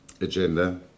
agenda